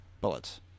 bullets